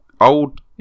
old